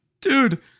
Dude